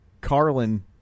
Carlin